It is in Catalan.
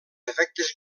efectes